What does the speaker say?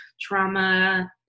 Trauma